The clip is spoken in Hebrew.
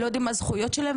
לא יודעים מה הזכויות שלהם,